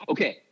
Okay